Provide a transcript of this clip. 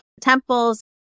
temples